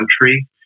country